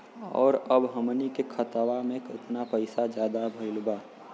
और अब हमनी के खतावा में कितना पैसा ज्यादा भईल बा?